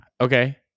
Okay